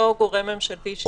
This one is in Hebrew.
אותו גורם ממשלתי שייקבע.